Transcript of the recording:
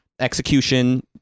execution